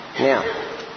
Now